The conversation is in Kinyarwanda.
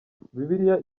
bibiliya